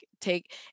take